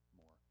more